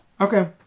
okay